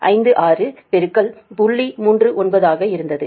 39 ஆக இருந்தது